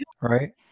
right